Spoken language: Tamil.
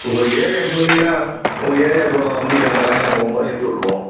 உங்களுக்கு ஏரியாவுக்கு சொன்னீங்கனால் உங்கள் ஏரியாவுக்கு வண்டி அந்த லயனில் போகும்போது ஏற்றி விற்றுவோம்